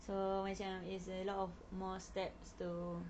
so macam is a lot of more steps to